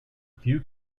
few